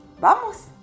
Vamos